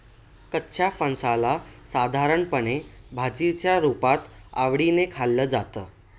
कच्च्या फणसाला साधारणपणे भाजीच्या रुपात आवडीने खाल्लं जातं